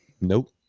nope